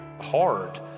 hard